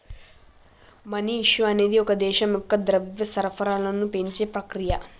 money issue అనేది ఒక దేశం యొక్క ద్రవ్య సరఫరాను పెంచే ప్రక్రియ